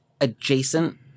adjacent